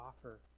offer